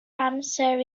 amser